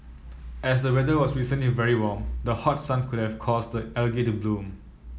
as the weather was recently very warm the hot sun could have caused the algae to bloom